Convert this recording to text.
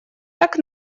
так